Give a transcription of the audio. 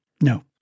No